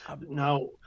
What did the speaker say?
Now